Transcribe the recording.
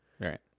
Right